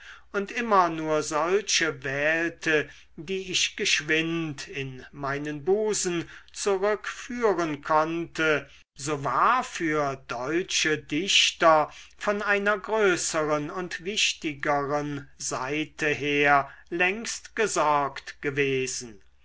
und immer nur solche wählte die ich geschwind in meinen busen zurückführen konnte so war für deutsche dichter von einer größeren und wichtigeren seite her längst gesorgt gewesen